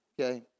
Okay